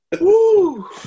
Woo